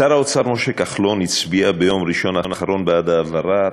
שר האוצר משה כחלון הצביע ביום ראשון האחרון בעד העברת